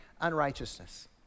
unrighteousness